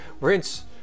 Rinse